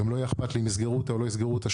גם לא היה אכפת לי אם יסגרו אותה או לא יסגרו אותה,